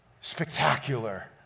spectacular